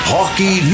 Hockey